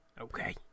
Okay